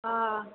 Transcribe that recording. ହଁ